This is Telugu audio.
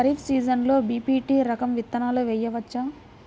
ఖరీఫ్ సీజన్లో బి.పీ.టీ రకం విత్తనాలు వేయవచ్చా?